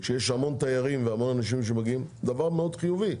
שיש המון תיירים והמון אנשים שמגיעים זה דבר מאוד חיובי.